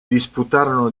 disputarono